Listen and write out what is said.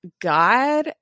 God